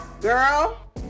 Girl